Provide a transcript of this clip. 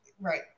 Right